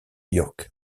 york